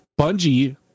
bungie